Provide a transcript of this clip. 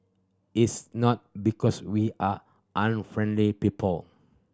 it's not because we are unfriendly people